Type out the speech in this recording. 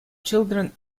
children